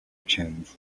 change